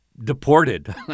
deported